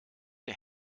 der